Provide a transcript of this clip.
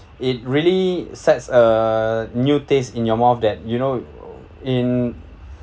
it really sets a new taste in your mouth that you know in